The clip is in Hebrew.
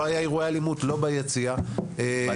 לא היה אירוע אלימות ביציע --- בדרבי